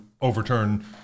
overturn